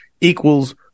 equals